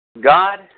God